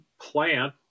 plant